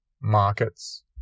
markets